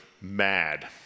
mad